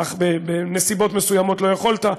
אך בנסיבות מסוימות לא יכולת.